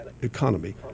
Economy